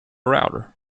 router